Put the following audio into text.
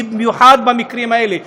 במיוחד במקרים האלה,